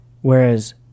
Whereas